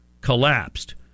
collapsed